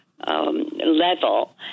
Level